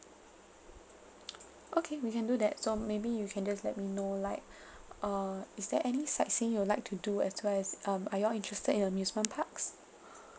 okay we can do that so maybe you can just let me know like err is there any sightseeing you'll like to do as well as um are y'all interested in amusement parks